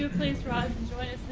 and please rise and join